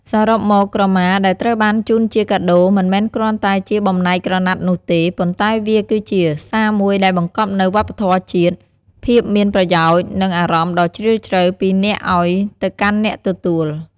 សរុបមក ក្រមាដែលត្រូវបានជូនជាកាដូ មិនមែនគ្រាន់តែជាបំណែកក្រណាត់នោះទេ ប៉ុន្តែវាគឺជា សារមួយដែលបង្កប់នូវវប្បធម៌ជាតិ ភាពមានប្រយោជន៍ និងអារម្មណ៍ដ៏ជ្រាលជ្រៅ ពីអ្នកឲ្យទៅកាន់អ្នកទទួល។